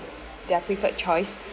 their preferred choice